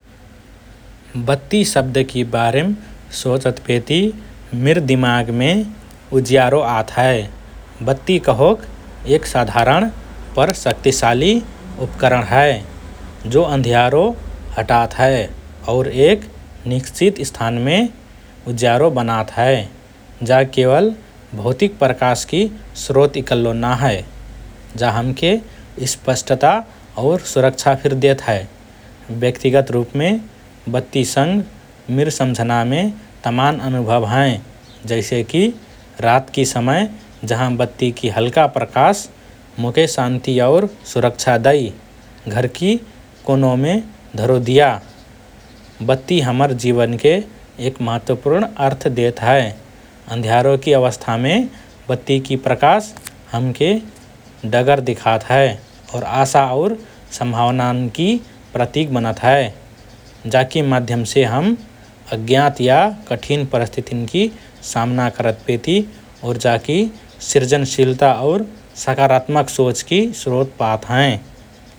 बत्ती शब्दकि बारेम सोचतपेति मिर दिमागमे उज्यारो आत हए । बत्ती कहोक एक साधारण पर शक्तिशाली उपकरण हए जो अँध्यारो हटात हए और एक निश्चित स्थानके उज्यारो बनात हए । जा केवल भौतिक प्रकाशकी स्रोत इकल्लो ना हए । जा हमके स्पष्टता और सुरक्षा फिर देत हए । व्यक्तिगत रुपमे बत्तीसँग मिर सम्झनामे तमान् अनुभव हएँ । जैसेकि रातकि समय जहाँ बत्तीकी हल्का प्रकाश मोके शान्ति और सुरक्षा दै, घरकि कोनोमे धरो दिया । बत्ती हमर जीवनके एक महत्वपूर्ण अर्थ देत हए । अँध्यारोकि अवस्थामे बत्तीकि प्रकाश हमके डगर दिखात हए और आशा और सम्भावनाकि प्रतिक बनत हए । जाकि माध्यमसे हम अज्ञात या कठिन परिस्थितिन्कि सामना करतपेति ऊर्जाकि सृजनशीलता और सकारात्मक सोचकि स्रोत पात हएँ ।